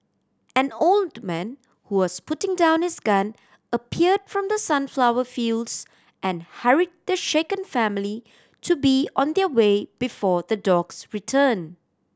an old man who was putting down his gun appeared from the sunflower fields and hurried the shaken family to be on their way before the dogs return